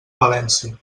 valència